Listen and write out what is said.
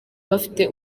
bafite